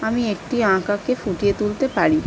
আমি একটি আঁকাকে ফুটিয়ে তুলতে পারি